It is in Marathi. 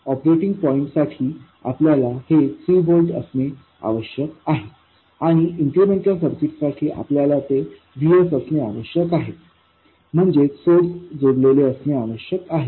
ऑपरेटिंग पॉईंटसाठी आपल्याला हे 3 व्होल्ट असणे आवश्यक आहे आणि इन्क्रिमेंटल सर्किटसाठी आपल्याला ते VSअसणे आवश्यक आहे म्हणजेच सोर्स जोडलेले असणे आवश्यक आहे